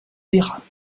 dérapent